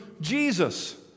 Jesus